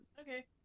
Okay